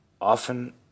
often